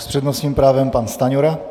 S přednostním právem pan Stanjura.